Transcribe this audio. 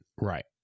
Right